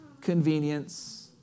convenience